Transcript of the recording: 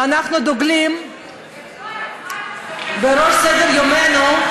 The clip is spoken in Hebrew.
ואנחנו דוגלים בכך, בראש סדר-יומנו,